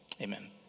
Amen